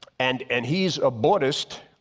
and and he's a buddhist,